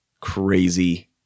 crazy